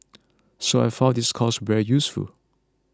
so I find this course very useful